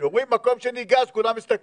כשאומרים מקום שני גז כולם מסתכלים,